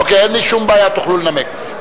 אין לי שום בעיה, תוכלו לנמק.